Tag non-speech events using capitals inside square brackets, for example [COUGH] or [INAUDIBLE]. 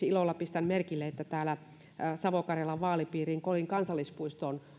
[UNINTELLIGIBLE] ilolla pistän merkille esimerkiksi savo karjalan vaalipiirin kolin kansallispuiston